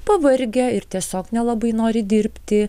pavargę ir tiesiog nelabai nori dirbti